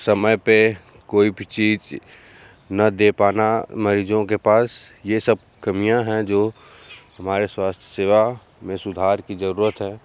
समय पर कोई भी चीज़ ना दे पाना मरीज़ों के पास ये सब कमियाँ है जो हमारी स्वास्थ्य सेवा में सुधार की ज़रूरत है